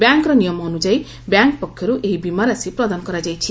ବ୍ୟାଙ୍କର ନିୟମ ଅନୁଯାୟୀ ବ୍ୟାଙ୍କ୍ ପକ୍ଷରୁ ଏହି ବୀମା ରାଶି ପ୍ରଦାନ କରାଯାଇଛି